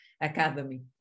Academy